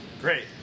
Great